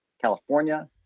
California